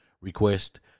request